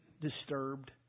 disturbed